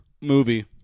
movie